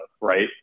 right